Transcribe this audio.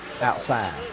outside